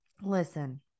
Listen